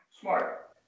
Smart